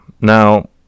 Now